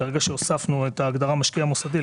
וברגע שהוספנו את ההגדרה משקיע מוסדי,